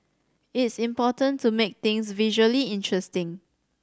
it's important to make things visually interesting